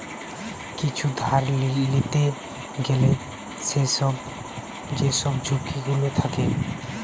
কিছু ধার লিতে গ্যালে যেসব ঝুঁকি গুলো থাকে